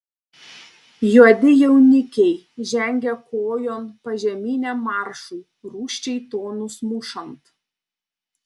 juodi jaunikiai žengia kojon požeminiam maršui rūsčiai tonus mušant